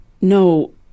No